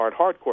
hardcore